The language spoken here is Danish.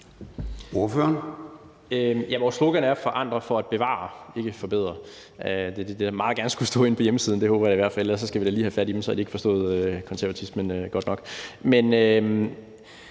Jarlov (KF): Vores slogan er: »Vi vil forandre for at bevare«. Det er ikke »forbedre«. Det er det, der meget gerne skulle stå på hjemmesiden. Det håber jeg da i hvert fald, ellers skal vi da lige have fat i dem, for så har de ikke forstået konservatismen godt nok. Jeg